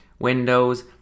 windows